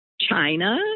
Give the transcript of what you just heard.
China